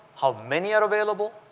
how many are available,